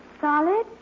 Solid